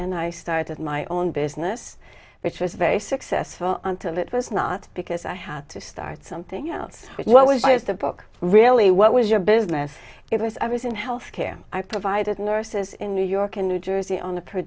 and i started my own business which was very successful until it was not because i had to start something else but what was the book really what was your business it was i was in healthcare i provided nurses in new york in new jersey on a p